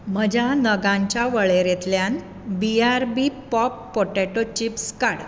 म्हज्या नगांच्या वळेरेंतल्यान B R B popped potato chips काड